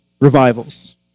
revivals